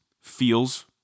feels